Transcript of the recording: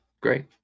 Great